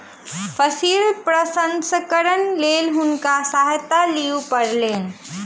फसिल प्रसंस्करणक लेल हुनका सहायता लिअ पड़लैन